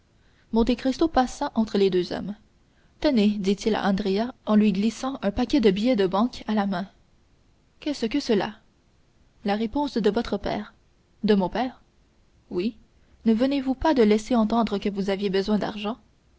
vous monte cristo passa entre les deux hommes tenez dit-il à andrea en lui glissant un paquet de billets de banque à la main qu'est-ce que cela la réponse de votre père de mon père oui ne venez-vous pas de laisser entendre que vous aviez besoin d'argent